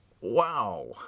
Wow